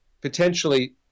potentially